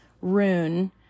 rune